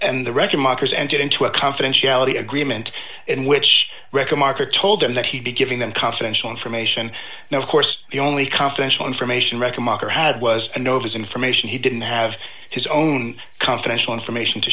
and the record markers and get into a confidentiality agreement in which record marker told him that he'd be giving them confidential information now of course the only confidential information reckon mocker had was no of his information he didn't have his own confidential information to